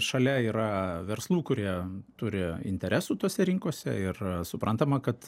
šalia yra verslų kurie turi interesų tose rinkose ir suprantama kad